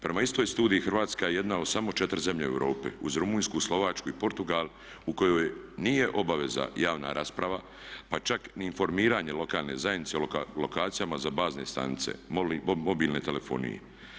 Prema istoj studiji Hrvatska je jedna od samo četiri zemlje u Europi uz Rumunjsku, Slovačku i Portugal u kojoj nije obaveza javna rasprava pa čak ni informiranje lokalne zajednice lokacijama za bazne stanice mobilnoj telefoniji.